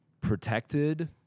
protected